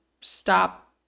stop